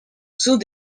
sont